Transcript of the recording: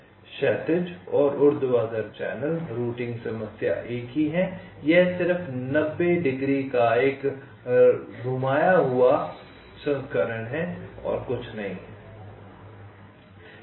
क्षैतिज और ऊर्ध्वाधर चैनल रूटिंग समस्या एक ही है यह सिर्फ 90 डिग्री का रोटेशन है और कुछ नहीं है